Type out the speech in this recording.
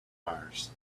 mars